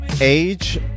Age